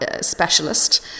specialist